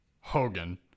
Hogan